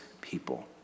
people